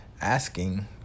asking